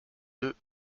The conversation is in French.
deux